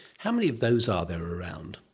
how many of those are there around?